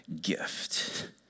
gift